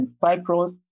Cyprus